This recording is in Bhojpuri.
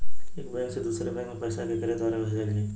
एक बैंक से दूसरे बैंक मे पैसा केकरे द्वारा भेजल जाई?